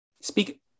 speak